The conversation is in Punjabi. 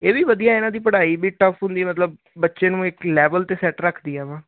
ਇਹਦੀ ਵਧੀਆ ਇਹਨਾਂ ਦੀ ਪੜਾਈ ਟਫ ਹੁੰਦੀ ਮਤਲਵ ਬੱਚੇ ਨੂੰ ਇੱਕ ਲੈਵਲ ਸੈੱਟ ਰੱਖਦੀਆਂ ਵਾਂ